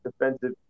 defensive